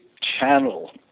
channel